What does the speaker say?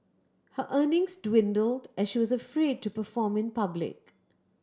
her earnings dwindled as she was afraid to perform in public